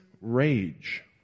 rage